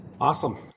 Awesome